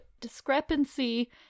discrepancy